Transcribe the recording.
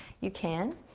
you can.